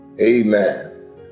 Amen